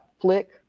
flick